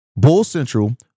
BULLCENTRAL